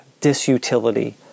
disutility